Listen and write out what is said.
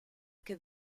che